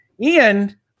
Ian